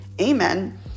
Amen